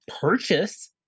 purchase